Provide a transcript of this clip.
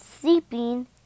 sleeping